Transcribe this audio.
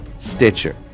Stitcher